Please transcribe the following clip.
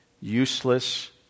useless